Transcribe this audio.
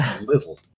little